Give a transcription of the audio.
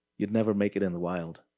you'd never make it in the wild.